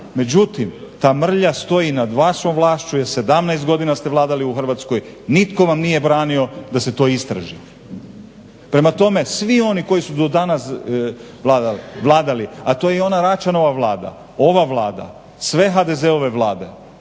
međutim ta mrlja stoji i nad vašom vlašću jer 17 godina ste vladali u Hrvatskoj, nitko vam nije branio da se to istraži. Prema tome, svi oni koji su do danas vladali, a to je i ona Račanova Vlada, ova Vlada, sve HDZ-ove Vlade